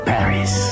Paris